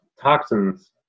toxins